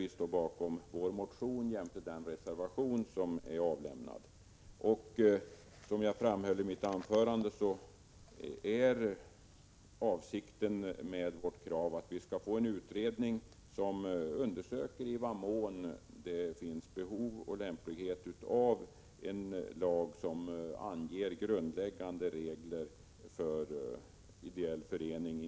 Vi står bakom vår motion jämte den reservation som är avlämnad. Som jag framhöll i mitt inledningsanförande är avsikten med vårt krav att det skall tillsättas en utredning som undersöker i vad mån det finns behov av och kan vara lämpligt med en lag som anger grundläggande regler för ideella föreningar.